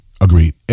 agreed